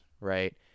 right